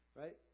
right